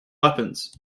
weapons